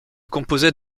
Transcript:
composait